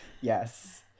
Yes